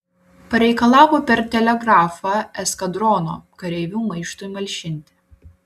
pareikalavo per telegrafą eskadrono kareivių maištui malšinti